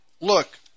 Look